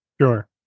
Sure